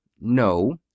no